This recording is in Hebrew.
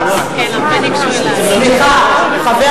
חבר